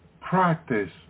practice